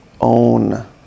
own